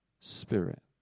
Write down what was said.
Spirit